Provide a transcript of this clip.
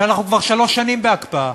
שאנחנו כבר שלוש שנים בהקפאה.